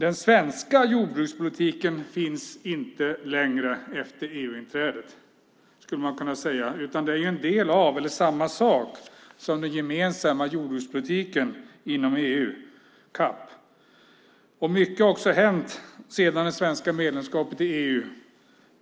Den svenska jordbrukspolitiken finns inte längre efter EU-inträdet, skulle man kunna säga, utan den är en del av eller samma sak som den gemensamma jordbrukspolitiken inom EU, CAP. Mycket har också hänt sedan det svenska medlemskapet i EU. Vi